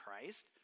Christ